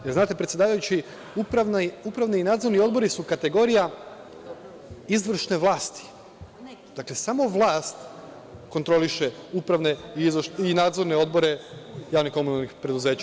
Jel znate, predsedavajući, upravni i nadzorni odbori su kategorija izvršne vlasti, dakle, samo vlast kontroliše upravne i nadzorne odbore javnih komunalnih preduzeća.